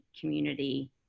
community